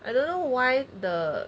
I don't know why the